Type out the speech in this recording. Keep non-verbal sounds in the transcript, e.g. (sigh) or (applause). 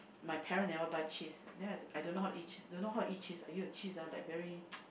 my parents never buy cheese then I I don't know how to eat cheese I don't know how to eat cheese !aiyo! cheese ah like very (noise)